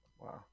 wow